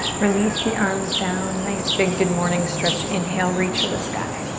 release the arms down, nice, big good morning stretch. inhale, reach for the sky.